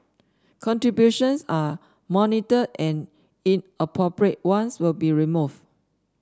contributions are monitored and inappropriate ones will be removed